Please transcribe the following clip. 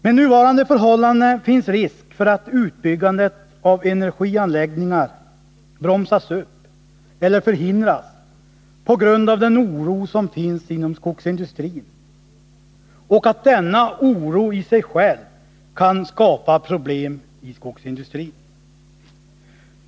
Med nuvarande förhållande finns risk för att utbyggandet av energianläggningar bromsas upp eller förhindras på grund av den oro som finns inom skogsindustrin. Denna oro kan alltså i sig själv skapa problem i skogsindustrin.